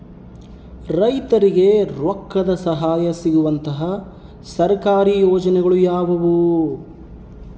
ರೈತರಿಗೆ ರೊಕ್ಕದ ಸಹಾಯ ಸಿಗುವಂತಹ ಸರ್ಕಾರಿ ಯೋಜನೆಗಳು ಯಾವುವು?